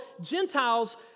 Gentiles